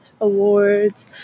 awards